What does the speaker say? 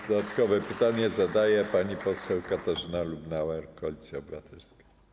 Dodatkowe pytanie zadaje pani poseł Katarzyna Lubnauer, Koalicja Obywatelska.